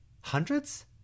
Hundreds